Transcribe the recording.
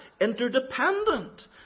interdependent